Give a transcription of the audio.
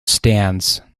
stands